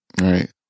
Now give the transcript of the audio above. Right